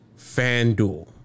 FanDuel